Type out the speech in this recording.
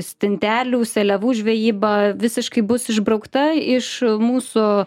stintelių seliavų žvejyba visiškai bus išbraukta iš mūsų